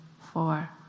four